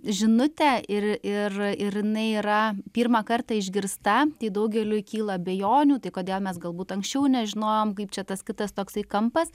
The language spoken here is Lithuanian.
žinutę ir ir ir jinai yra pirmą kartą išgirsta tai daugeliui kyla abejonių tai kodėl mes galbūt anksčiau nežinojom tai čia tas kitas toksai kampas